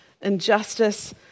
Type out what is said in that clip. injustice